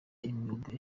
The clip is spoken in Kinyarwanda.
imyuga